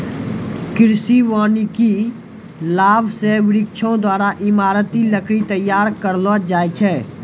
कृषि वानिकी लाभ से वृक्षो द्वारा ईमारती लकड़ी तैयार करलो जाय छै